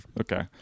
Okay